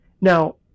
Now